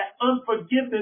unforgiveness